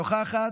אינו נוכח,